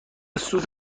سود